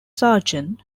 sergeant